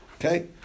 Okay